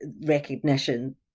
recognition